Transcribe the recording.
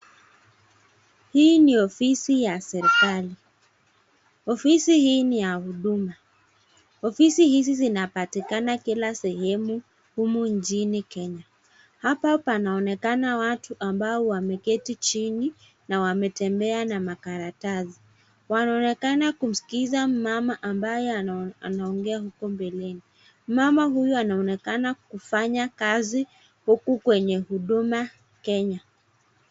Hii ni ofisi ya serikali. Ofisi hii ni ya huduma. Ofisi hizi zinapatikana kila sehemu humu nchini Kenya. Hapa panaonekana watu ambao wameketi chini na wametembea na makaratasi. Wanaonekana kumsikiza mama ambaye anaongea huko mbeleni. Mama huyo anaonekana kufanya kazi huku kwenye huduma Kenya.